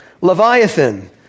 Leviathan